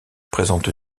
présente